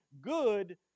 good